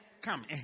come